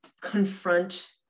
confront